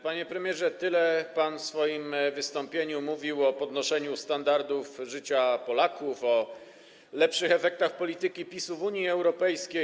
Panie premierze, tyle pan w swoim wystąpieniu mówił o podnoszeniu standardów życia Polaków, o lepszych efektach polityki PiS-u w Unii Europejskiej.